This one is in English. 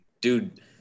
Dude